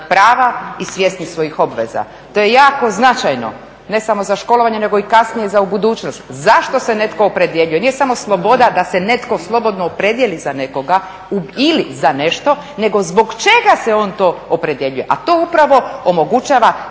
prava i svjesni svojih obveza. To je jako značajno, ne samo za školovanje, nego i kasnije za u budućnost. Zašto se netko opredjeljuje? Nije samo sloboda da se netko slobodno opredijeli za nekoga ili za nešto, nego zbog čega se on to opredjeljuje, a to upravo omogućava